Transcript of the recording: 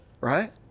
Right